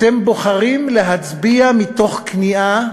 אתם בוחרים להצביע מתוך כניעה,